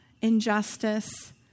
injustice